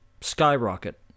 skyrocket